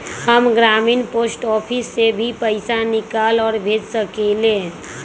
हम ग्रामीण post office से भी पैसा निकाल और भेज सकेली?